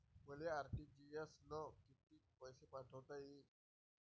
मले आर.टी.जी.एस न कितीक पैसे पाठवता येईन?